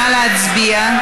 נא להצביע.